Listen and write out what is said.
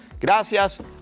Gracias